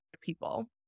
people